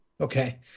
okay